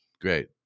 great